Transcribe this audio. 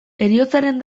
heriotzaren